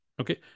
Okay